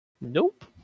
Nope